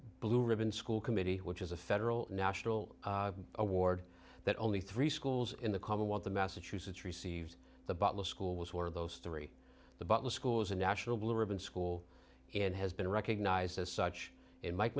blue ribbon school committee which is a federal national award that only three schools in the commonwealth of massachusetts received the butler school was one of those three the butler schools a national blue ribbon school and has been recognized as such in m